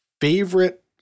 favorite